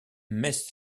mess